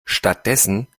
stattdessen